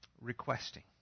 requesting